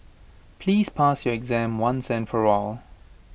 please pass your exam once and for all